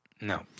No